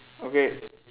okay